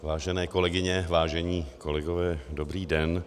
Vážené kolegyně, vážení kolegové, dobrý den.